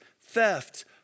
theft